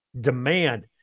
demand